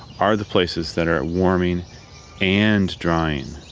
are the places that are warming and drying.